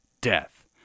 death